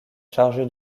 chargées